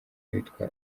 witwa